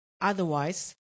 Otherwise